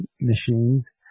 machines